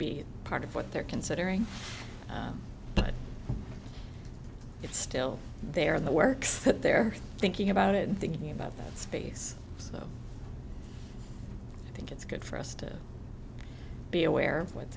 be part of what they're considering but it's still there in the works but they're thinking about it and thinking about that space so i think it's good for us to be aware of what's